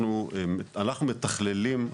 אנחנו מתכללים,